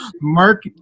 Mark